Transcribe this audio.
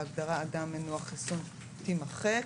ההגדרה "אדם מנוע חיסון" תימחק.